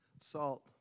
Salt